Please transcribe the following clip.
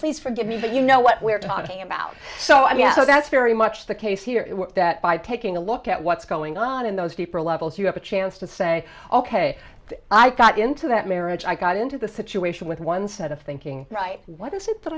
please forgive me but you know what we're talking about so i guess that's very much the case here is that by taking a look at what's going on in those deeper levels you have a chance to say ok i got into that marriage i got into the situation with one set of thinking right what is it that